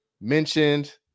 mentioned